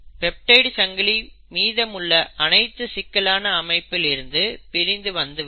peptide சங்கிலி மீதமுள்ள அனைத்து சிக்கலான அமைப்பில் இருந்து பிரிந்து வந்துவிடும்